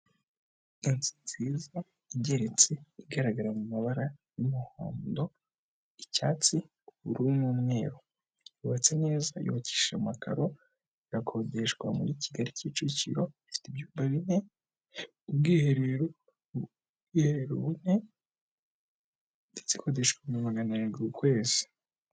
Inzu nziza ingereritse igaragara mu mabara y'umuhondo, icyatsi, ubururu n'umweru, yubatse neza yubakishije amakaro irakodeshwa muri Kigali Kicukiro, ifite ibyumba bine, ubwiherero bune ndetse ikodeshwa ibihumbi magana arindwi ku kwezi.